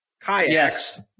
kayaks